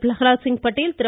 Prahlad Singh Patel Thiru